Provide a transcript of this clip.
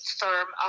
firm